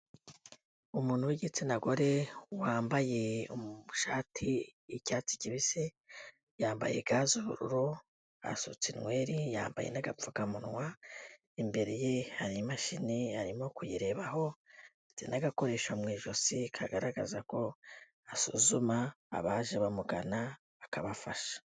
Umuntu w'igitsina gore wambaye ishati y'icyatsi kibisi, yambaye ga z'ubururu, asutse inweri yambaye n'agapfukamunwa, imbere ye hari imashini arimo kuyirebaho afite n'agakoresho mu ijosi kagaragaza ko asuzuma abaje bamugana akabafasha.